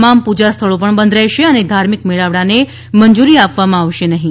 તમામ પૂજા સ્થળો પણ બંધ રહેશે અને ધાર્મિક મેળાવડાને મંજૂરી આપવામાં આવશે નહીં